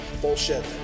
bullshit